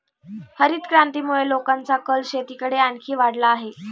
हरितक्रांतीमुळे लोकांचा कल शेतीकडे आणखी वाढला आहे